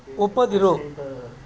ಒಪ್ಪದಿರು